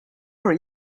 for